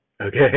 Okay